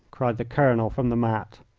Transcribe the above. cried the colonel from the mat.